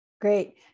Great